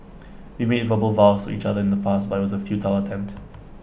we made verbal vows to each other in the past but IT was A futile attempt